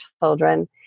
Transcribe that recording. children